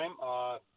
time